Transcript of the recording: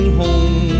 home